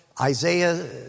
Isaiah